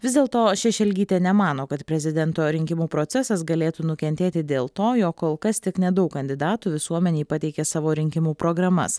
vis dėlto šešelgytė nemano kad prezidento rinkimų procesas galėtų nukentėti dėl to jog kol kas tik nedaug kandidatų visuomenei pateikė savo rinkimų programas